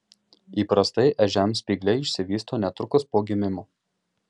įprastai ežiams spygliai išsivysto netrukus po gimimo